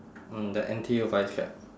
mm the N_T_U vice cap